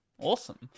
Awesome